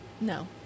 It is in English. No